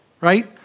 right